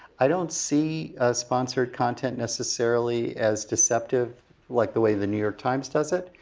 i don't see a sponsored content necessarily as deceptive like the way the new york times does it,